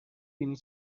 بینی